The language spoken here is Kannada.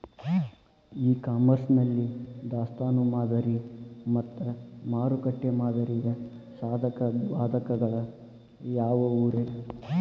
ಇ ಕಾಮರ್ಸ್ ನಲ್ಲಿ ದಾಸ್ತಾನು ಮಾದರಿ ಮತ್ತ ಮಾರುಕಟ್ಟೆ ಮಾದರಿಯ ಸಾಧಕ ಬಾಧಕಗಳ ಯಾವವುರೇ?